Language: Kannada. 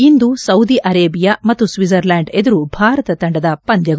ಇಂದು ಸೌದಿ ಅರೇಬಿಯಾ ಮತ್ತು ಸ್ವಿಡ್ಜರ್ಲ್ಡಾಂಡ್ ಎದುರು ಭಾರತ ತಂಡದ ಪಂದ್ದಗಳು